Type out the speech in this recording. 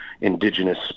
indigenous